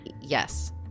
yes